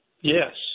Yes